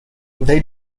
they